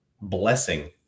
blessing